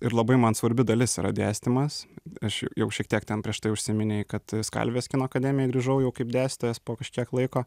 ir labai man svarbi dalis yra dėstymas aš jau šiek tiek ten prieš tai užsiminei kad į skalvijos kino akademiją grįžau jau kaip dėstytojas po kažkiek laiko